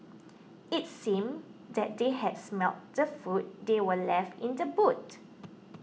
it seemed that they had smelt the food that were left in the boot